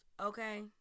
okay